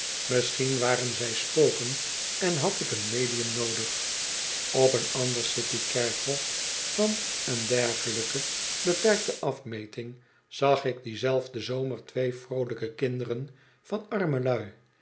misschien waren zij spoken en had ik een medium noodig op een ander city kerkhof van een dergelijke beperkte afmeting zag ik dien zelfden zomer twee vroolijke kinderen van arme